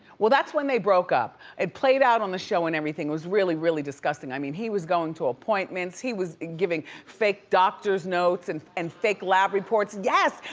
well, that's when they broke up. it played out on the show and everything. it was really, really disgusting. i mean he was going to appointments, he was giving fake doctor's notes and and fake lab reports. yes,